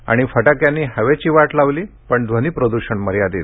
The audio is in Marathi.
आणि फटाक्यांनी हवेची वाट लावली पण ध्वनीप्रदूषण मर्यादित